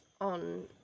on